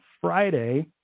Friday